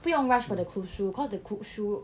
不用 rush for the kusu because the kusu